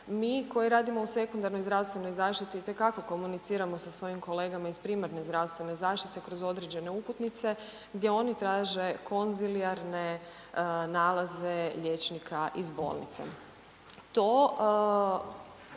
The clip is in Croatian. Mi koji radimo u sekundarnoj zdravstvenoj zaštiti itekako komuniciramo sa svojim kolegama iz primarne zaštitne zaštite kroz određene uputnice gdje oni traže konzilijarne nalaze liječnika iz bolnice.